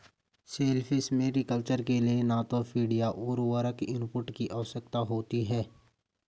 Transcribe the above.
shellfish mariculture के लिए न तो फ़ीड या उर्वरक इनपुट की आवश्यकता होती है